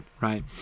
right